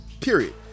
period